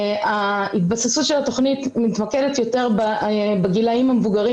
ההתבססות של התוכנית מתמקדת יותר בגילאים המבוגרים